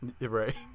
Right